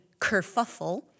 kerfuffle